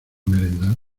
merendar